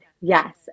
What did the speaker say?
Yes